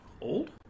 Old